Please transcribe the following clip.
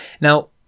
now